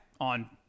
on